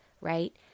right